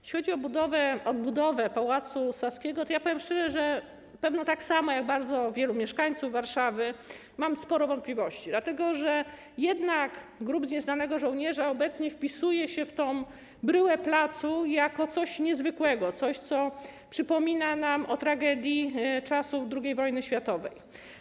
Jeśli chodzi o odbudowę Pałacu Saskiego, to, powiem szczerze, że pewno tak samo jak bardzo wielu mieszkańców Warszawy mam sporo wątpliwości, dlatego że jednak Grób Nieznanego Żołnierza obecnie wpisuje się w tę bryłę placu jako coś niezwykłego, coś, co przypomina nam o tragedii czasów II wojny światowej.